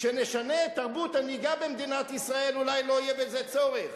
כשנשנה את תרבות הנהיגה במדינת בישראל אולי לא יהיה בזה צורך,